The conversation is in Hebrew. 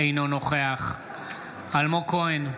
אינו נוכח אלמוג כהן,